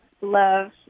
Love